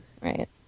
Right